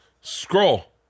Scroll